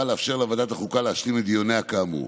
לאפשר לוועדת החוקה להשלים את דיוניה כאמור.